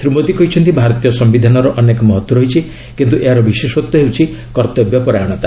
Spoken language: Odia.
ଶ୍ରୀ ମୋଦୀ କହିଛନ୍ତି ଭାରତୀୟ ସମ୍ଭିଧାନର ଅନେକ ମହତ୍ୱ ରହିଛି କିନ୍ତୁ ଏହାର ବିଶେଷତ୍ୱ ହେଉଛି କର୍ଭବ୍ୟ ପରାୟଣତା